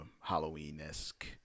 Halloween-esque